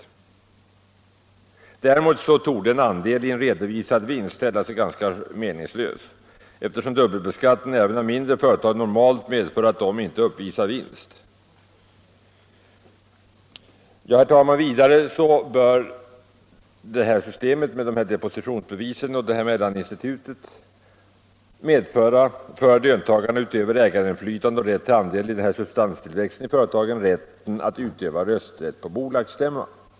Däremot torde andel i redovisad vinst ställa sig ganska meningslös, eftersom dubbelbeskattning även av mindre företag normalt medför att de inte uppvisar vinst. Vidare, herr talman, bör systemet med depositionsbevis och mellaninstitut för löntagarna, utöver ägarinflytande och rätt till andel i substanstillväxt i företagen, medföra rätt att utöva rösträtt på bolagsstämma.